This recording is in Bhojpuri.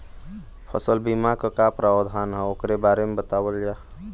फसल बीमा क का प्रावधान हैं वोकरे बारे में बतावल जा?